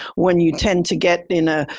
when you tend to get in a,